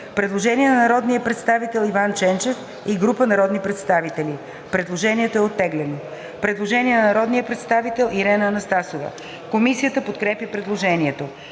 Предложение на народния представител Иван Ченчев и група народни представители. Предложението е оттеглено. Предложение на народния представител Ирена Анастасова. Комисията подкрепя предложението.